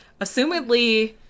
assumedly